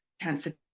cancer